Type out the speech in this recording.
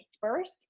First